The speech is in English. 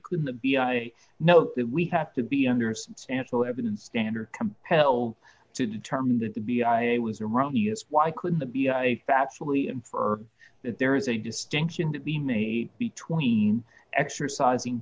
couldn't the b i know that we have to be under substantial evidence standard compelled to determine that the b i a was erroneous why couldn't the be a factually infer that there is a distinction to be made between exercising